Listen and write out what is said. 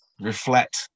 reflect